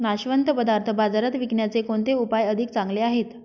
नाशवंत पदार्थ बाजारात विकण्याचे कोणते उपाय अधिक चांगले आहेत?